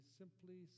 simply